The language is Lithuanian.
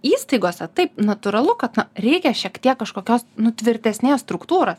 įstaigose taip natūralu kad na reikia šiek tiek kažkokios tvirtesnės struktūros